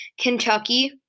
Kentucky